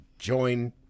join